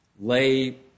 lay